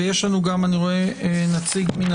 ויש לנו גם נציג מן